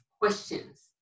questions